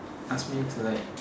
ask me to like